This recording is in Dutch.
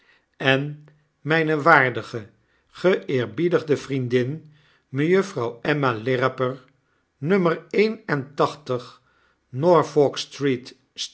en myne waardige geeerbiedigde vriendin mejuffrouw emma lirriper no een en tachtig norfolk-street